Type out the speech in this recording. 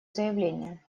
заявление